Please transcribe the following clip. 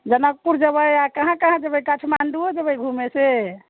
जनकपुर जयबै आ कहाँ कहाँ जयबै काठमाण्डूओ जयबै घुमै से